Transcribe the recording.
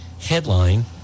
headline